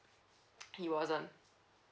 he wasn't